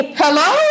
hello